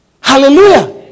Hallelujah